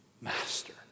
Master